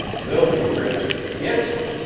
they'll be rich if they gits him.